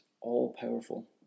all-powerful